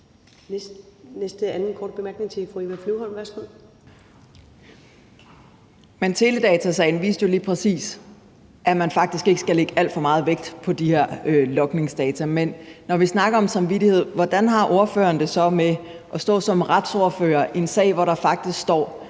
den anden korte bemærkning. Kl. 15:15 Eva Flyvholm (EL): Men teledatasagen viste jo lige præcis, at man faktisk ikke skal lægge alt for meget vægt på de her logningsdata. Men når vi snakker om samvittighed, hvordan har ordføreren det så med at stå som retsordfører i en sag, hvor der faktisk står,